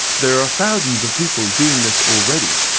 there are thousands of people doing this already.